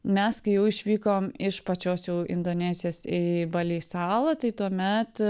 mes kai jau išvykom iš pačios jau indonezijos į bali salą tai tuomet